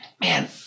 man